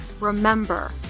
remember